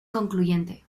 concluyente